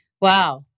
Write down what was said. Wow